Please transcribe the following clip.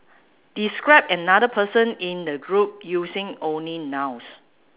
describe another person in the group using only nouns